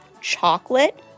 Chocolate